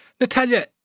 Natalia